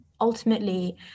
Ultimately